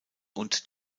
und